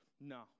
no